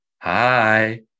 Hi